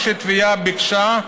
בלי שהתביעה ביקשה,